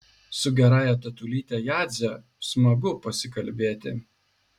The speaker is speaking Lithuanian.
su gerąja tetulyte jadze smagu pasikalbėti